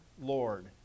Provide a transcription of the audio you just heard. Lord